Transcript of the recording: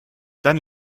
dann